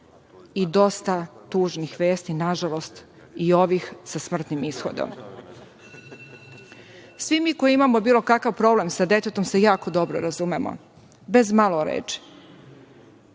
dosta tužnih vesti. Nažalost, i ovih sa smrtnim ishodom. Svi mi koji imamo bilo kakav problem sa detetom se jako dobro razumemo, bez malo reči.